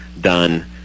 done